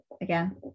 again